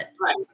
Right